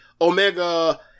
Omega